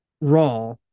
raw